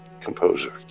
composer